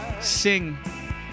sing